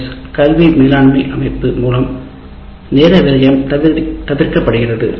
S கல்வி மேலாண்மை அமைப்பு மூலம் நேர விரயம் தவிர்க்கப்படுகிறது